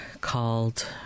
called